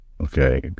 okay